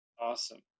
awesome